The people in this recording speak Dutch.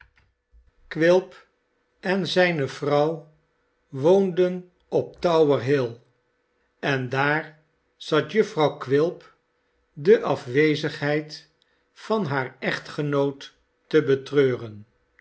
quilp en zijne vrouw woonden op to we i'll ill en daar zat jufvrouw quilp de afwezigheid van haar echtgenoot te betreuren